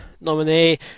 nominee